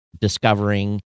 discovering